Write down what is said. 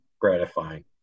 gratifying